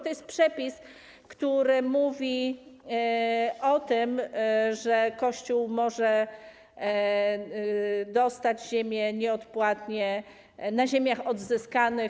To jest przepis, który mówi o tym, że Kościół może dostać ziemię nieodpłatnie na Ziemiach Odzyskanych.